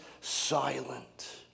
silent